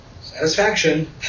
satisfaction